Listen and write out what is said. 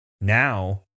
now